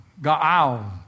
ga'al